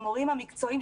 המורים המקצועיים,